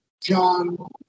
John